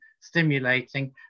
stimulating